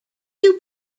two